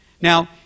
Now